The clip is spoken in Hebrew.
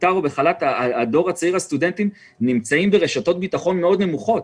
הדור הצעיר והסטודנטים נמצאים ברשתות ביטחון מאוד נמוכות.